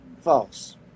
False